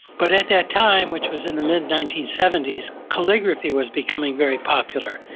but in that time, which was in the mid nineteen seventy s, calligraphy was becoming very popular.